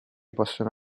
possono